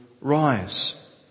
rise